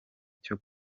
cyo